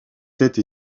tête